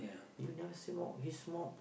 even though they see more very small